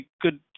good